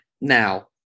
now